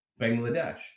Bangladesh